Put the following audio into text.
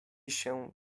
się